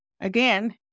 again